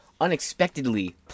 unexpectedly